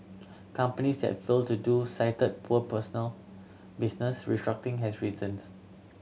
companies that failed to do cited poor personal business restructuring has reasons